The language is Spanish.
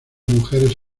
mujeres